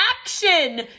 action